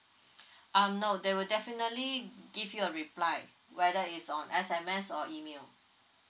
um no they will definitely give you a reply whether is on S_M_S or email